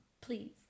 please